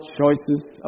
choices